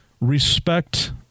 respect